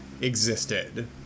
existed